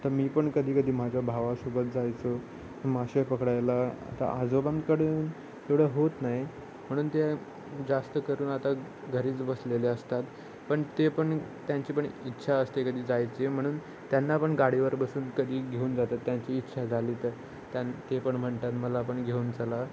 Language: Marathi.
तर मी पण कधी कधी माझ्या भावासोबत जायचो मासे पकडायला आता आजोबांकडून एवढं होत नाही म्हणून ते जास्त करून आता घरीच बसलेले असतात पण ते पण त्यांची पण इच्छा असते कधी जायची म्हणून त्यांना पण गाडीवर बसून कधी घेऊन जातात त्यांची इच्छा झाली तर त्यां ते पण म्हणतात मला पण घेऊन चला